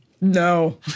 No